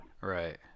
right